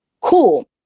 cool